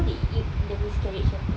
how did it the miscarriage happen